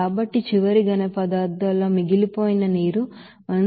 కాబట్టి చివరి సాలీడ్స్ లో మిగిలిపోయిన నీరు 101